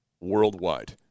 worldwide